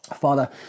Father